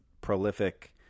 prolific